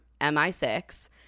MI6